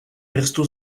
версту